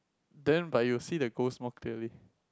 then but you see the ghost more clearly